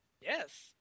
Yes